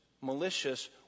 malicious